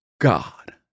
God